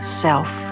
self